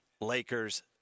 Lakers